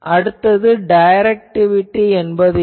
அடுத்தது டைரக்டிவிட்டி என்ன